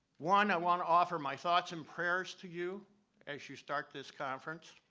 one, i wanna offer my thoughts and prayers to you as you start this conference.